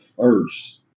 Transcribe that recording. first